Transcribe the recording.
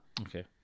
okay